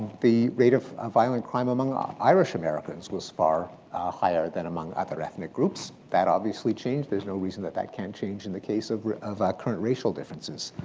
the rate of of violent crime among ah irish americans was far higher than among other ethnic groups. that obviously changed. there's no reason that that can't change in the case of of ah current racial differences.